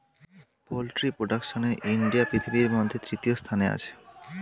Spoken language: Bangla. পোল্ট্রি প্রোডাকশনে ইন্ডিয়া পৃথিবীর মধ্যে তৃতীয় স্থানে আছে